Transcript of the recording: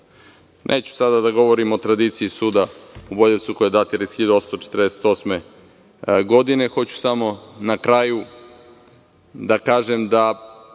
sada da govorim o tradiciji suda u Boljevcu koja datira iz 1848. godine, hoću samo na kraju da kažem da